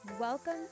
Welcome